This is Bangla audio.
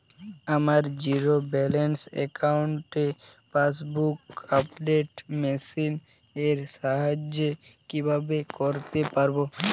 আমার জিরো ব্যালেন্স অ্যাকাউন্টে পাসবুক আপডেট মেশিন এর সাহায্যে কীভাবে করতে পারব?